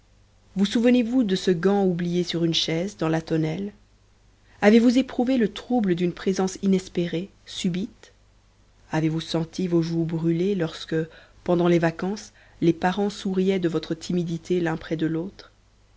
vous souvenez-vous de ce gant oublié sur une chaise dans la tonnelle avez-vous éprouvé le trouble d'une présence inespérée subite avez-vous senti vos joues brûler lorsque pendant les vacances les parents souriaient de votre timidité l'un près de l'autre